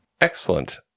Excellent